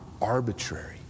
arbitrary